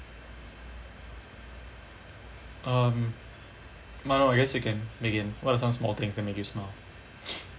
um martha I guess you can begin what are some small things that make you smile